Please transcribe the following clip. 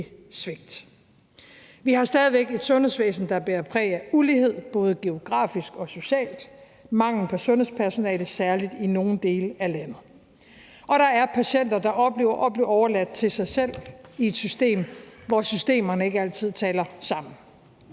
Vi har stadig væk et sundhedsvæsen, der bærer præg af ulighed, både geografisk og socialt. Der er mangel på sundhedspersonale, særligt i nogle dele af landet. Og der er patienter, der oplever at blive overladt til sig selv i et system, hvor systemerne ikke altid taler sammen.